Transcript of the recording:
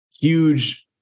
huge